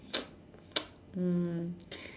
mm